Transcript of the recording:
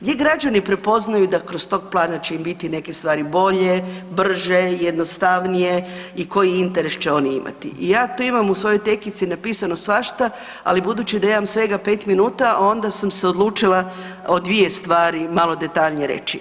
Gdje građani prepoznaju da kroz tog Plana će im biti neke stvari bolje, brže, jednostavnije i koji interes će oni imati i ja tu imam u svojoj tekici napisano svašta, ali budući da imam svega 5 minuta, onda sam se odlučila o dvije stvari malo detaljnije reći.